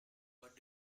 what